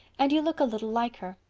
and you look a little like her.